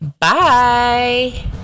bye